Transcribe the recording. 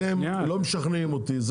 אתם, לא משכנעים אותי.